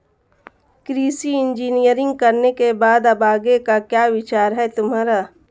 कृषि इंजीनियरिंग करने के बाद अब आगे का क्या विचार है तुम्हारा?